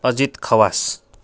Ajit Khawas